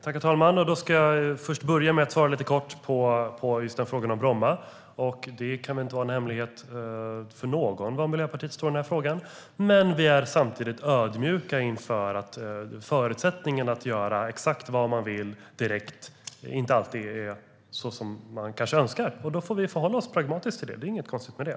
Herr talman! Jag ska börja med att svara lite kort på frågan om Bromma. Det kan inte vara en hemlighet för någon var Miljöpartiet står i den frågan. Men vi är samtidigt ödmjuka inför att förutsättningarna att direkt göra exakt vad man vill inte alltid är sådana som man kanske önskar. Då får vi förhålla oss pragmatiskt till det - det är inget konstigt med det.